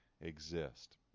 exist